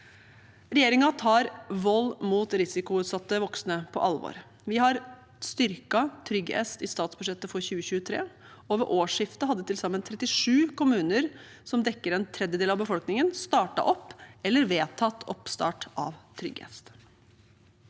Regjeringen tar vold mot risikoutsatte voksne på alvor. Vi har styrket TryggEst i statsbudsjettet for 2023, og ved årsskiftet hadde til sammen 37 kommuner som dekker en tredjedel av befolkningen, startet opp eller vedtatt oppstart av TryggEst.